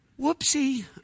Whoopsie